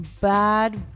Bad